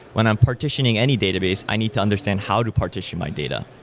when i'm partitioning any database, i need to understand how to partition my data.